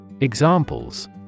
Examples